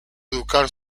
educar